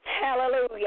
hallelujah